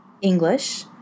English